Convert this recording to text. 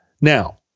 Now